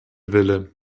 wille